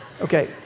Okay